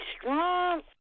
strong